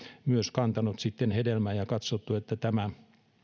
myös kantanut sitten hedelmää ja on katsottu että tämä